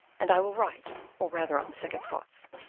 and i will write, or rather, on second thoughts,